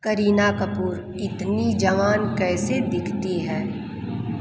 करीना कपूर इतनी जवान कैसे दिखती है